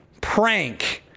prank